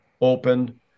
open